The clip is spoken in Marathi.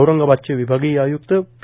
औरंगाबादचे विभागीय आय्क्त पी